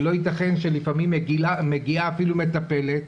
לא ייתכן שלפעמים מגיעה אפילו מטפלת,